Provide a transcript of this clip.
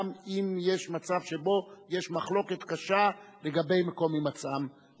גם אם יש מצב שבו יש מחלוקת קשה לגבי מקום הימצאם,